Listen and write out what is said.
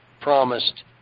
promised